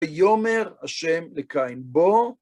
ויאמר ה' לקין, בוא.